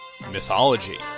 Mythology